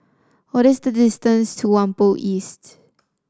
what is the distance to Whampoa East